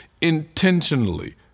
intentionally